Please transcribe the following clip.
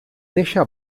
néixer